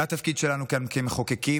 זה התפקיד שלנו כאן כמחוקקים,